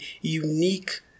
unique